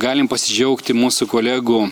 galim pasidžiaugti mūsų kolegų